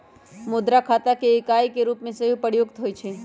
मुद्रा खता के इकाई के रूप में सेहो प्रयुक्त होइ छइ